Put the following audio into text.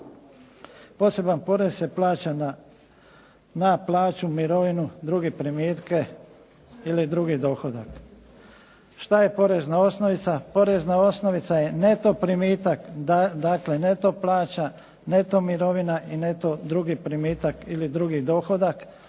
Poseban porez se plaća na plaću, mirovinu, druge primitke ili drugi dohodak. Šta je porezna osnovica? Porezna osnovica je neto primitak, dakle neto plaća, neto mirovina i neto drugi primitak ili drugi dohodak